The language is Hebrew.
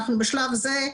אנחנו בשלב זה,